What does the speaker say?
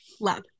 love